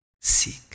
seek